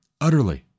utterly